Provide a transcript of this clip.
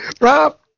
Rob